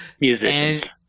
musicians